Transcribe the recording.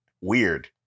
Weird